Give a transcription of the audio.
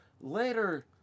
Later